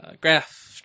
graph